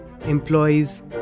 employees